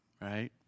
right